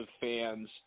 fans